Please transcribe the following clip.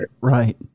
Right